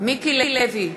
מיקי לוי,